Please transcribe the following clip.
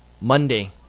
Monday